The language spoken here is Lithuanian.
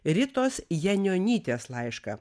ritos janionytės laišką